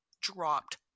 dropped